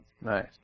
Nice